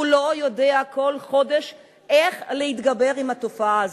לא יודע כל חודש איך להתגבר על התופעה הזאת,